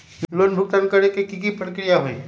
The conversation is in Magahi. लोन भुगतान करे के की की प्रक्रिया होई?